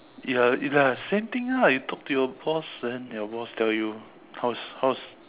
it's like it's like the same thing ah you talk to your boss then your boss tell you how's how's